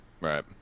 Right